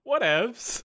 Whatevs